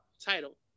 title